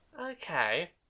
Okay